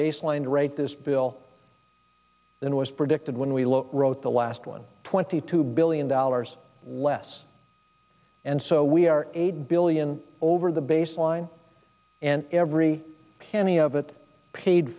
baseline rate this bill than was predicted when we look wrote the last one twenty two billion dollars less and so we are a billion over the baseline and every penny of it paid